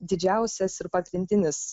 didžiausias ir pagrindinis